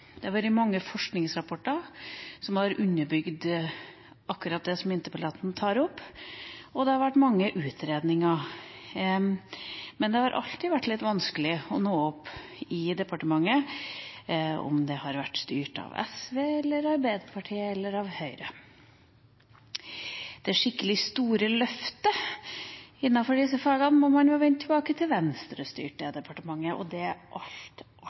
Det har vært mange forskningsrapporter som har underbygd akkurat det som interpellanten tar opp, og det har vært mange utredninger. Men det har alltid vært litt vanskelig å nå opp i departementet, om det har vært styrt av SV eller av Arbeiderpartiet eller av Høyre. Det skikkelig store løftet innenfor disse fagene må man vende tilbake til da Venstre styrte departementet for å finne, og det